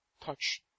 Touch